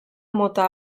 mota